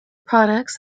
products